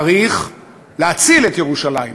צריך להציל את ירושלים.